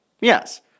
Yes